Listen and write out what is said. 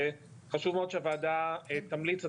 חשוב מאוד שהוועדה תמליץ.